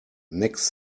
next